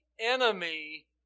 enemy